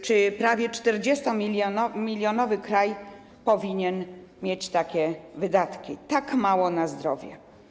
Czy prawie 40-milionowy kraj powinien mieć takie wydatki, tak mało na zdrowie?